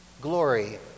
glory